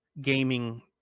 gaming